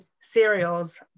cereals